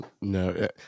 No